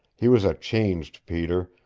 he was a changed peter,